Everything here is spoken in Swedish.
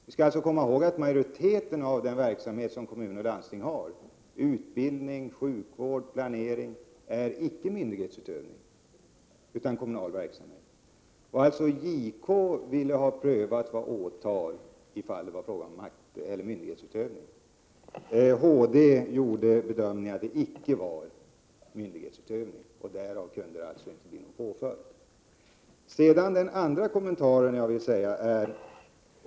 Vi skall också komma ihåg att majoriteten av den verksamhet som kommuner och landsting har — utbildning, sjukvård, planering osv. — icke är myndighetsutövning utan kommunal verksamhet. Vad JK ville ha prövat med åtalet var alltså ifall det var fråga om myndighetsutövning. HD gjorde bedömningen att det icke var myndighetsutövning, och därför kunde det inte bli någon påföljd. Min andra kommentar är följande.